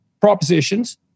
propositions